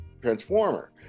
Transformer